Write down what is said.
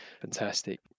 fantastic